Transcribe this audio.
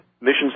missions